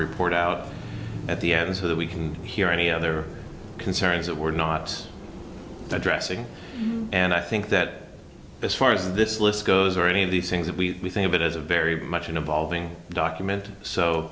report out at the end so that we can hear any other concerns that we're not addressing and i think that as far as this list goes or any of these things that we think of it as a very much an evolving document so